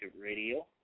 Radio